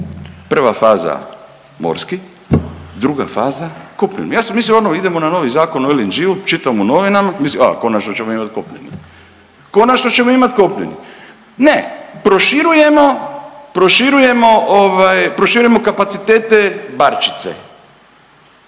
Prva faza morski, druga faza kopneni. Ja sam mislio ono idemo na novi Zakon o LNG-u, čitam u novinama mislim a konačno ćemo imati kopneni, konačno ćemo imati kopneni. Ne. Proširujemo kapaciteta barčice.